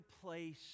place